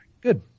Good